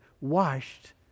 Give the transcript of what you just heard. washed